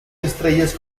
estrellas